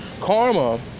Karma